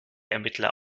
ermittler